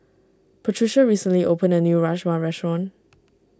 Patricia recently opened a new Rajma restaurant